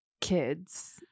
kids